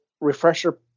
refresher